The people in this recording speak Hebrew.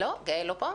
גאל לא פה?